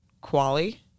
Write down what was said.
Quali